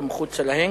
ומחוץ להן,